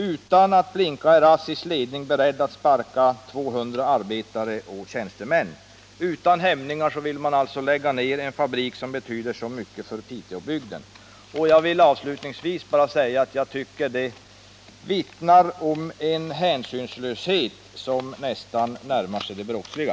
Utan att blinka är ASSI:s ledning beredd att sparka 200 arbetare och tjänstemän. Utan hämningar vill man alltså lägga ned en fabrik som betyder så mycket för Piteåbygden. Jag vill avslutningsvis bara säga att jag tycker att det vittnar om en hänsynslöshet som nästan närmar sig det brottsliga.